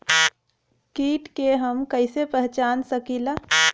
कीट के हम कईसे पहचान सकीला